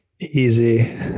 Easy